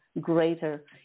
greater